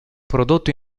prodotto